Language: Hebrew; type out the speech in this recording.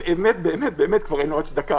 באמת באמת באמת כבר אין לו הצדקה.